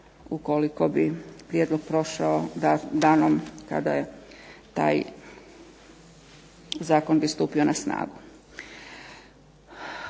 ukoliko bi prijedlog prošao danom kada je taj zakon bi stupio na snagu.